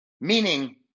meaning